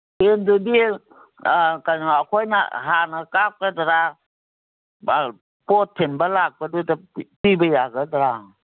ꯁꯦꯜꯗꯨꯗꯤ ꯀꯩꯅꯣ ꯑꯩꯈꯣꯏꯅ ꯍꯥꯟꯅ ꯀꯥꯞꯀꯗ꯭ꯔꯥ ꯄꯣꯠ ꯊꯤꯟꯕ ꯂꯥꯛꯄꯗꯨꯗ ꯄꯤꯕ ꯌꯥꯒꯗ꯭ꯔꯥ